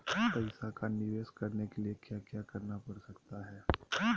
पैसा का निवेस करने के लिए क्या क्या करना पड़ सकता है?